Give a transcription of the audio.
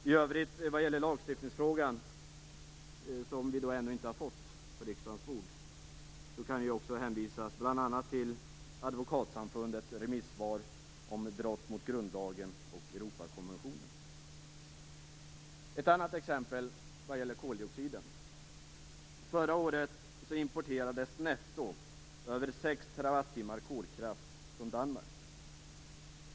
I övrigt kan man när det gäller lagstiftningsfrågan, som vi alltså ännu inte har fått på riksdagens bord, också hänvisa till bl.a. Advokatsamfundets remissvar om brott mot grundlagen och Europakonventionen. Låt mig ta ett annat exempel i fråga om koldioxiden. Förra året importerades netto över 6 TWh kolkraft från Danmark.